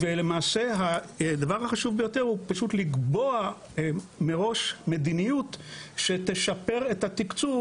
ולמעשה הדבר החשוב ביותר הוא פשוט לקבוע מראש מדיניות שתשפר את התקצוב